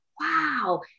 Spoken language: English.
Wow